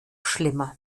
schlimmer